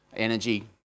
energy